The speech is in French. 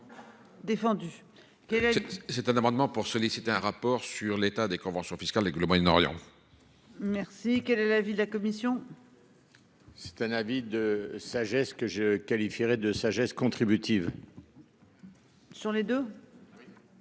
C'est un amendement pour solliciter un rapport sur l'état des conventions fiscales avec le Moyen-Orient. Merci. Quel est l'avis de la commission.-- C'est un avis de sagesse que je qualifierais de sagesse contributive. Sur les deux.